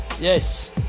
Yes